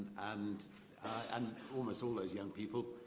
and and almost all those young people,